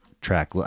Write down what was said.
track